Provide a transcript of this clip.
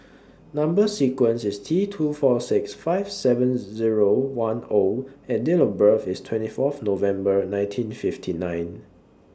Number sequence IS T two four six five seven Zero one O and Date of birth IS twenty Fourth November nineteen fifty nine